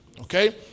okay